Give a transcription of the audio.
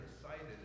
excited